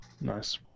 Nice